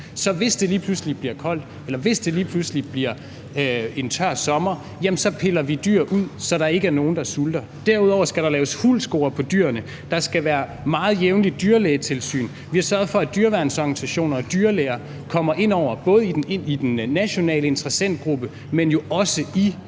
Så hvis det lige pludselig bliver koldt, eller hvis det lige pludselig bliver en tør sommer, piller vi dyr ud, så der ikke er nogen, der sulter. Derudover skal der laves huldscore på dyrene, der skal meget jævnligt være dyrlægetilsyn, og vi har sørget for, at dyreværnsorganisationer og dyrlæger kommer ind over, både i den nationale interessentgruppe, men også i